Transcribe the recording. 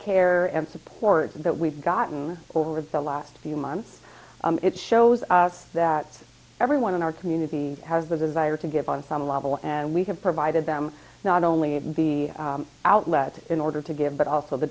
care and support that we've gotten over the last few months it shows us that everyone in our community has the desire to give on some level and we have provided them not only the outlet in order to give but also the